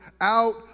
out